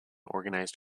organized